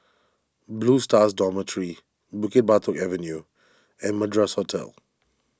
Blue Stars Dormitory Bukit Batok Avenue and Madras Hotel